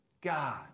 God